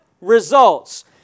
Results